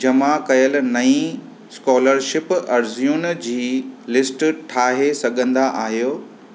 जमा कयलु नईं स्कॉलरशिप अर्ज़ियुनि जी लिस्ट ठाहे सघंदा आहियो